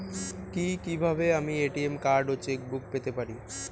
কি কিভাবে আমি এ.টি.এম কার্ড ও চেক বুক পেতে পারি?